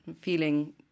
feeling